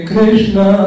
Krishna